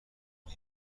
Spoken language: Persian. بود